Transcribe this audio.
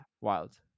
wild